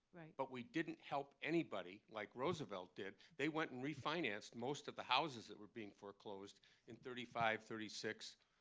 but we didn't help anybody like roosevelt did? they went and refinanced most of the houses that were being foreclosed in thirty five, thirty six,